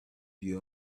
you